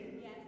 Yes